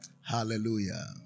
Hallelujah